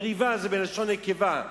מריבה זה בלשון נקבה,